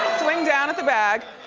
swing down at the bag.